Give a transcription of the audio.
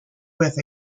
with